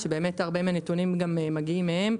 שבאמת הרבה מהנתונים מגיעים מהם.